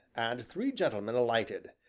and three gentlemen alighted.